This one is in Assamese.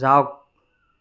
যাওক